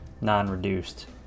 Non-reduced